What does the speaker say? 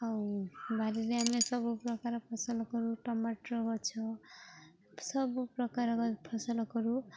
ଆଉ ବାରିରେ ଆମେ ସବୁ ପ୍ରକାର ଫସଲ କରୁ ଟମାଟର ଗଛ ସବୁ ପ୍ରକାର ଫସଲ କରୁ